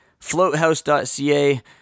Floathouse.ca